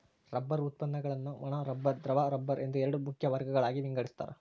rubber ಉತ್ಪನ್ನಗುಳ್ನ ಒಣ rubber ದ್ರವ ರಬ್ಬರ್ ಎಂದು ಎರಡು ಮುಖ್ಯ ವರ್ಗಗಳಾಗಿ ವಿಂಗಡಿಸ್ತಾರ